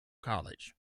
college